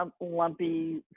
lumpy